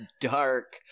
dark